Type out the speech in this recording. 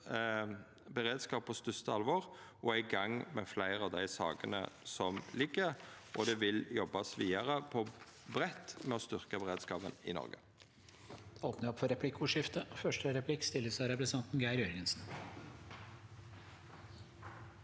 redskap på største alvor og er i gang med fleire av dei sakene som ligg føre, og det vil jobbast vidare på breitt grunnlag med å styrkja beredskapen i Noreg.